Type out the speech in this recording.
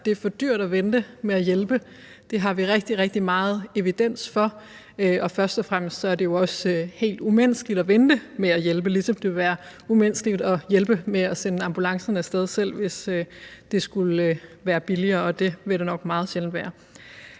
Det er for dyrt at vente med at hjælpe. Det har vi rigtig, rigtig meget evidens for, og først og fremmest er det jo også helt umenneskeligt at vente med at hjælpe, ligesom det ville være umenneskeligt at vente med at sende ambulancen af sted, selv hvis det skulle være billigere, og det vil det nok meget sjældent være.